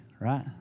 right